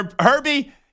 Herbie